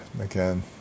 again